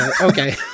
okay